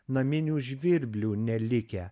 naminių žvirblių nelikę